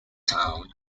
town